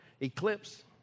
eclipse